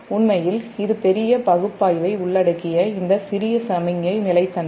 உண்மையில் இது பெரிய பகுப்பாய்வை உள்ளடக்கிய இந்த சிறிய சமிக்ஞை நிலைத்தன்மை